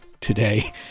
today